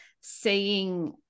seeing